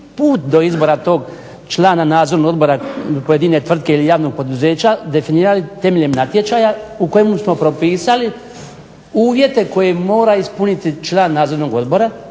put do izbora tog člana Nadzornog odbora pojedine tvrtke ili javnog poduzeća definirali temeljem natječaja u kojemu smo propisali uvjete koje mora ispuniti član Nadzornog odbora,